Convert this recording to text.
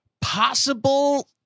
possible